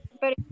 pero